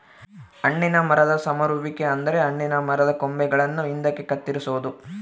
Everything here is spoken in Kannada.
ಹಣ್ಣಿನ ಮರದ ಸಮರುವಿಕೆ ಅಂದರೆ ಹಣ್ಣಿನ ಮರದ ಕೊಂಬೆಗಳನ್ನು ಹಿಂದಕ್ಕೆ ಕತ್ತರಿಸೊದು